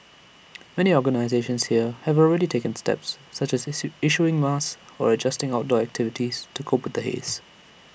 many organisations here have already taken steps such as issuing masks or adjusting outdoor activities to cope the haze